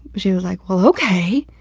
she was like, well, okay,